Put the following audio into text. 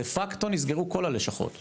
דה-פקטו, נסגרו כל הלשכות.